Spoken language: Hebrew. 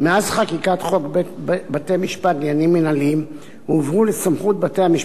מאז חקיקת חוק בתי-משפט לעניינים מינהליים הועברו לסמכות בתי-המשפט